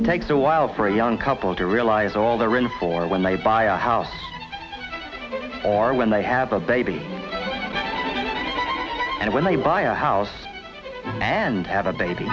it takes a while for a young couple to realize all they're in for when they buy a house or when they have a baby and when they buy a house and have a baby